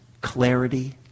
clarity